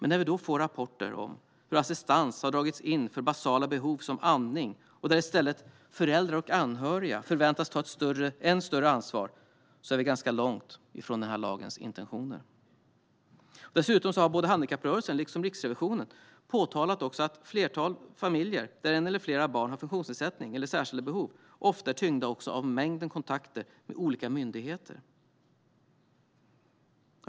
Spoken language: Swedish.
När vi då får rapporter om hur assistans har dragits in för basala behov som andning och där i stället föräldrar och anhöriga förväntas ta ett än större ansvar är man ganska långt från lagens intentioner. Dessutom har både handikapprörelsen och Riksrevisionen påtalat att ett flertal familjer där ett eller flera barn har funktionsnedsättning eller särskilda behov ofta även är tyngda av mängden kontakter med olika myndigheter.